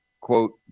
quote